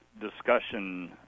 discussion